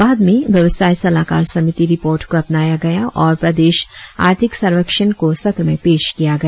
बाद में व्यवसाय सलाहकार समिति रिपोर्त को अपनाया गया और प्रदेश आर्थिक सर्वेक्षण को सत्र में पेश किया गया